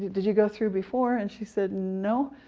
did you go through before? and she said, no,